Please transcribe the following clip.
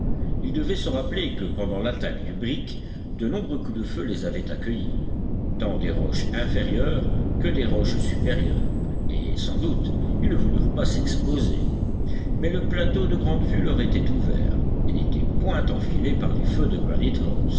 ils devaient se rappeler que pendant l'attaque du brick de nombreux coups de feu les avaient accueillis tant des roches inférieures que des roches supérieures et sans doute ils ne voulurent pas s'exposer mais le plateau de grande vue leur était ouvert et n'était point enfilé par les feux de